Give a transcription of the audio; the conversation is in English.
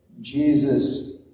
Jesus